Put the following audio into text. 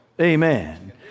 Amen